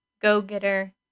go-getter